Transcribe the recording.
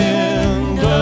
end